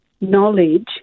knowledge